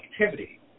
activity